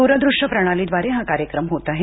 दुरदृष्य प्रणाली द्वारे हा कार्यक्रम होत आहे